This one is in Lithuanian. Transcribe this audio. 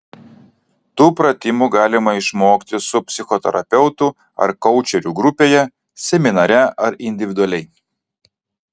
tų pratimų galima išmokti su psichoterapeutu ar koučeriu grupėje seminare ar individualiai